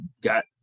got